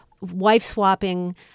wife-swapping